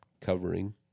covering